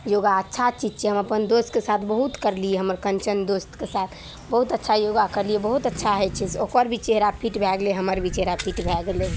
योगा अच्छा चीज छै हम अपन दोस्तके साथ बहुत करलिए हमर कञ्चन दोस्तके साथ बहुत अच्छा योगा करलिए बहुत अच्छा होइ छै ओकर भी चेहरा फिट भए गेलै हमर भी चेहरा फिट भए गेलै